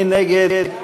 מי נגד?